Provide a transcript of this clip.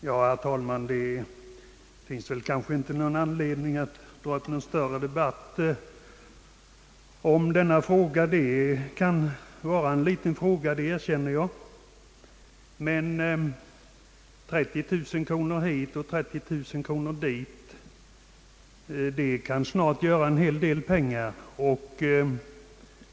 Herr talman! Det finns kanske inte anledning att ta upp någon större debatt i detta ärende. Jag erkänner att det kan vara en liten fråga, men 30 000 kronor hit och 30000 kronor dit gör snart en hel del pengar.